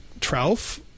trough